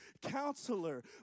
Counselor